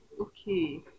Okay